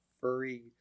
furry